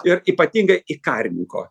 ir ypatingai į karininko